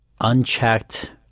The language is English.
unchecked